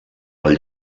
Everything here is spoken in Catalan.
del